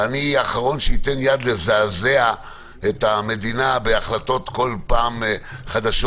ואני האחרון שאתן יד לזעזע את המדינה בהחלטות כל פעם חדשות.